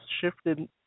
shifted